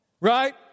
Right